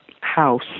house